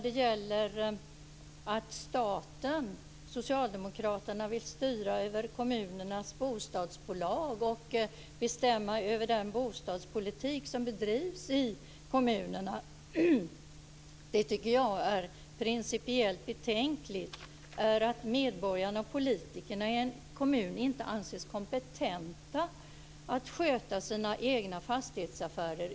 Det gäller detta att Socialdemokraterna vill styra över kommunernas bostadsbolag och bestämma över den bostadspolitik som bedrivs i kommunerna. Jag tycker att det är principiellt betänkligt att medborgarna och politikerna i en kommun inte anses kompetenta att sköta sina egna fastighetsaffärer.